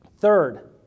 Third